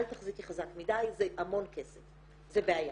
אל תחזיקי חזק מדיי, זה המון כסף, זו בעיה.